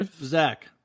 zach